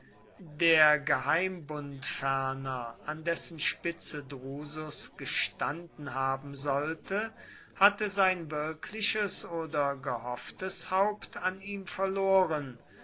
der geheimbund ferner an dessen spitze drusus gestanden haben sollte hatte sein wirkliches oder gehofftes haupt an ihm verloren